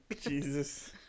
Jesus